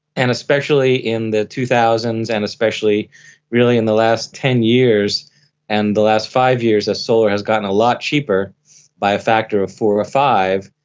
and especially in the two thousand s and especially really in the last ten years and the last five years as solar has gotten a lot cheaper by a factor of four or five,